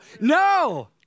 no